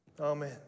Amen